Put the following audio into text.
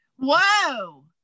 Whoa